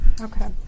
Okay